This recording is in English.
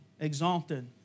exalted